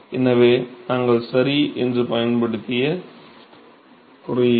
எனவே நாங்கள் சரி என்று பயன்படுத்திய குறியீடு